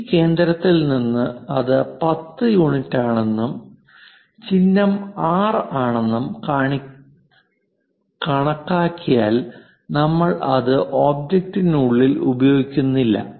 ഈ കേന്ദ്രത്തിൽ നിന്ന് അത് 10 യൂണിറ്റാണെന്നും ചിഹ്നം ആർ ആണെന്നും കണക്കാക്കിയാൽ നമ്മൾ അത് ഒബ്ജക്റ്റിനുള്ളിൽ ഉപയോഗിക്കുന്നില്ല